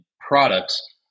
products